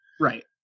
Right